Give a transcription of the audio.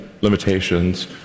limitations